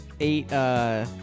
Eight